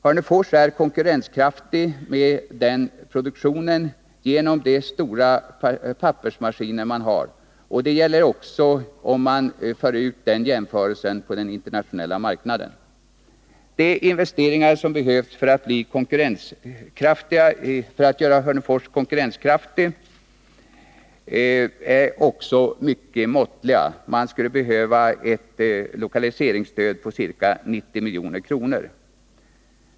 Hörnefors är konkurrenskraftigt med den produktionen på grund av de stora pappersmaskiner man har. Det gäller också om man gör en jämförelse med den internationella marknaden. De investeringar som behövs för att göra Hörnefors konkurrenskraftigt är också mycket måttliga; man skulle behöva ett lokaliseringsstöd på ca 90 milj.kr.